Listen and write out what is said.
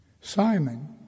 Simon